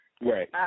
Right